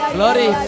Glory